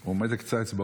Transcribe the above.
הוא עומד על קצות האצבעות.